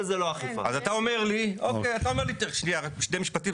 אז אתה אומר לי, שנייה, רק שני משפטים.